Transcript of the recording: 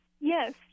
Yes